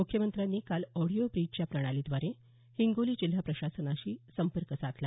मुख्यमंत्र्यांनी काल ऑडिओ ब्रीजच्या प्रणालीद्वारे हिंगोली जिल्हा प्रशासनाशी संपर्क साधला